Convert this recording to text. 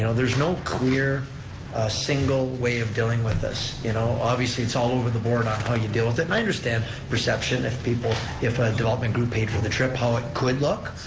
there's no clear single way of dealing with this. you know obviously, it's all over the board on how you deal with it, and i understand perception if people, if a development group paid for the trip, how it could look.